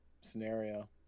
scenario